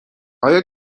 آیا